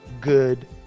good